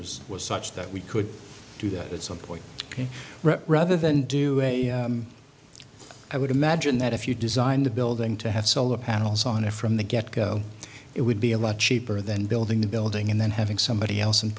was was such that we could do that at some point rep rather than do a i would imagine that if you design the building to have solar panels on it from the get go it would be a lot cheaper than building the building and then having somebody else and